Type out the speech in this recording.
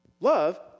Love